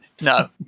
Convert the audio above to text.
No